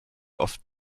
oft